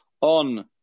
On